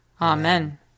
Amen